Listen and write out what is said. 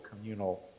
communal